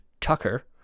Tucker